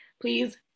Please